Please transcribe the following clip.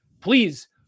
please